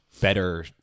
better